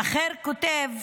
אחר כותב,